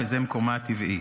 וזה מקומה הטבעי.